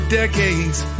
decades